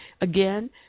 Again